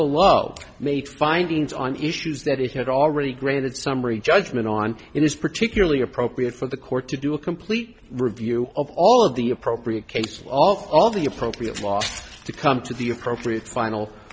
below makes findings on issues that it had already granted summary judgment on it is particularly appropriate for the court to do a complete review of all of the appropriate cases off all the appropriate law to come to the appropriate final